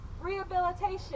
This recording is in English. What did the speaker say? rehabilitation